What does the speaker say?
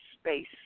space